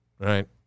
Right